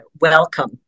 welcome